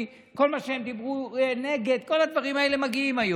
עכשיו תפתחו את העיניים,